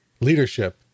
leadership